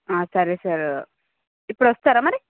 సరే సార్ ఇప్పుడు వస్తారా మరి